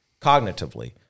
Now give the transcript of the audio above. cognitively